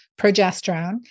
progesterone